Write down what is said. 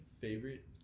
favorite